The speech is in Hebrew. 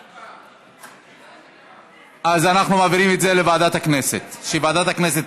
התשע"ח 2018, לוועדה שתקבע ועדת הכנסת נתקבלה.